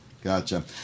Gotcha